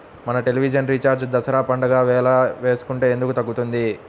మన television recharge Dasara పండగ వేళ వేసుకుంటే ఎందుకు తగ్గుతుంది?